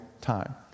time